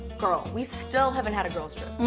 girl, we still haven't had a girl's trip.